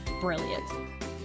brilliant